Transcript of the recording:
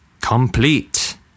Complete